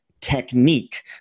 technique